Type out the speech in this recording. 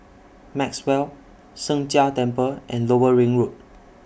Maxwell Sheng Jia Temple and Lower Ring Road